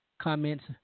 comments